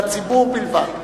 לציבור בלבד.